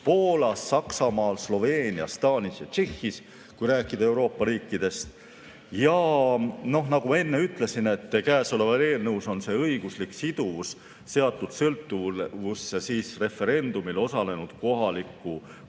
Poolas, Saksamaal, Sloveenias, Taanis ja Tšehhis, kui rääkida Euroopa riikidest. Ja nagu ma enne ütlesin, käesolevas eelnõus on õiguslik siduvus seatud sõltuvusse referendumil osalenud kohaliku volikogu